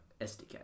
SDK